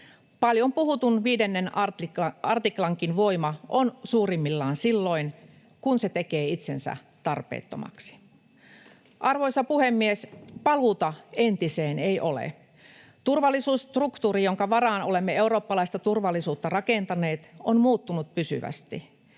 Paljon puhutun 5 artiklankin voima on suurimmillaan silloin, kun se tekee itsensä tarpeettomaksi. Arvoisa puhemies! Paluuta entiseen ei ole. Turvallisuusstruktuuri, jonka varaan olemme eurooppalaista turvallisuutta rakentaneet, on muuttunut pysyvästi.